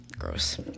gross